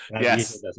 Yes